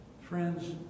Friends